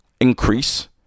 increase